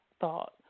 thought